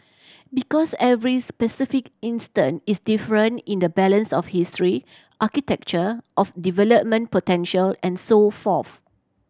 because every specific instance is different in the balance of history architecture of development potential and so forth